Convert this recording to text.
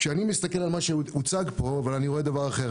כשאני מסתכל על מה שהוצג פה, אני רואה דבר אחר.